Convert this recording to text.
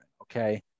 Okay